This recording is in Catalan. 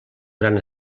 gran